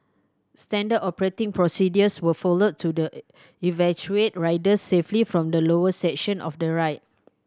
standard operating procedures were followed to the evacuate riders safely from the lower section of the ride